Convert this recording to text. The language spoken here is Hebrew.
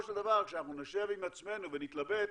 של דבר כשאנחנו נשב עם עצמנו ונתלבט